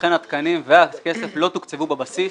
לכן התקנים והכסף לא תוקצבו בבסיס.